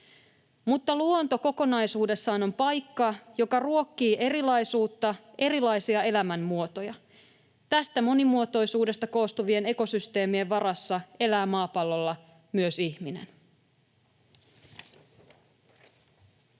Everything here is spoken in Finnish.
”Mutta luonto kokonaisuudessaan on paikka, joka ruokkii erilaisuutta, erilaisia elämänmuotoja. Tästä monimuotoisuudesta koostuvien ekosysteemien varassa elää maapallolla myös ihminen.”